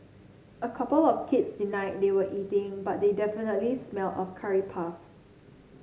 a couple of kids denied they were eating but they definitely smell of curry puffs